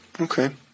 Okay